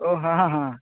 ओ ह ह ह